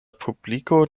publiko